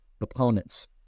opponents